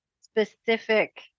specific